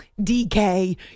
DK